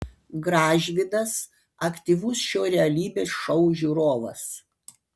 gražvydas aktyvus šio realybės šou žiūrovas